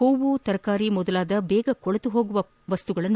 ಹೂವು ತರಕಾರಿ ಮೊದಲಾದ ಬೇಗ ಕೊಳೆತು ಹೋಗುವ ಪದಾರ್ಥಗಳನ್ನು